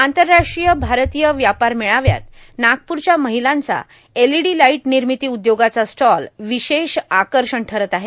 आन्तरराष्ट्रीय भारतीय व्यापार मेळाव्यात नागपूरच्या र्माहलांचा एलईडी लाईट र्मामती उद्योगाचा स्टाल ावशेष आकषण ठरत आहे